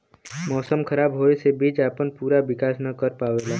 मौसम खराब होवे से बीज आपन पूरा विकास न कर पावेला